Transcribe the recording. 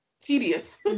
Tedious